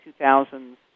2000s